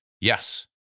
Yes